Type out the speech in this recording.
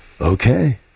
Okay